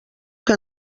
que